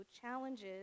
challenges